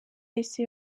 yahise